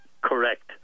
Correct